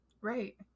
Right